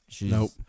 Nope